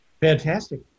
fantastic